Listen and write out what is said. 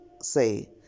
say